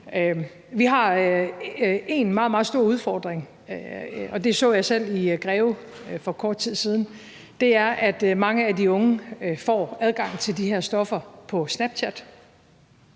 Vi har én meget, meget stor udfordring, og det så jeg selv i Greve for kort tid siden, og det er, at mange af de unge får adgang til de her stoffer på Snapchat.